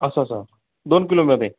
असं असं दोन किलो मिळते